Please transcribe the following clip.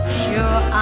sure